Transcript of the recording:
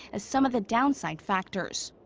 as some of the downside factors.